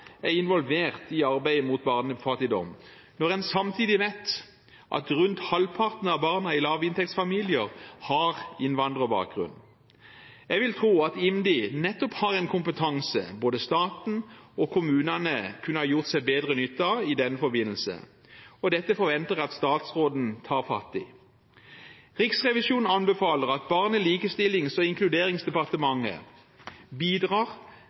er involvert i arbeidet mot barnefattigdom, når en samtidig vet at rundt halvparten av barna i lavinntektsfamilier har innvandrerbakgrunn. Jeg vil tro at IMDi nettopp har en kompetanse både staten og kommunene kunne ha gjort seg bedre nytte av i den forbindelse, og dette forventer jeg at statsråden tar fatt i. Riksrevisjonen anbefaler at Barne-, likestillings- og inkluderingsdepartementet bidrar